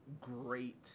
great